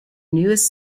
newest